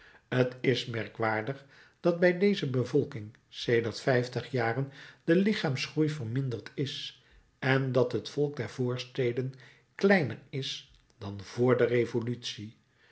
t is merkwaardig dat bij deze bevolking sedert vijftig jaren de lichaamsgroei verminderd is en dat het volk der voorsteden kleiner is dan vr de revolutie